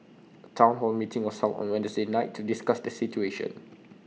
A Town hall meeting was held on Wednesday night to discuss the situation